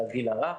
לגיל הרך,